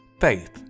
Faith